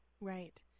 right